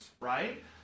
right